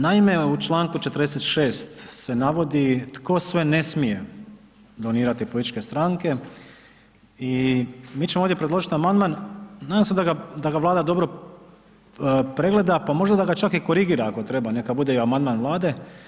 Naime, u čl. 46. se navodi tko sve ne smije donirati političke stranke i mi ćemo ovdje predložiti amandman, nadam se da ga Vlada dobro pregleda, pa možda da ga čak i korigira ako treba, neka bude i amandman Vlade.